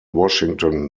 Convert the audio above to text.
washington